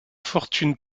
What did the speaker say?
fortune